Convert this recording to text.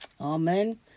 Amen